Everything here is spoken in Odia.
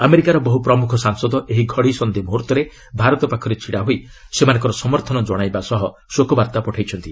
ଆମେରିକାର ବହୁ ପ୍ରମୁଖ ସାଂସଦ ଏହି ଘଡ଼ିସନ୍ଧି ମୁହୂର୍ତ୍ତରେ ଭାରତ ପାଖରେ ଛିଡ଼ା ହୋଇ ସେମାନଙ୍କର ସମର୍ଥନ ଜଣାଇବା ସହ ଶୋକବାର୍ତ୍ତା ପଠାଇଛନ୍ତି